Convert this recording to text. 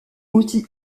aussi